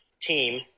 team